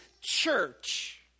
church